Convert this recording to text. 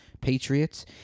Patriots